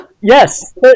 Yes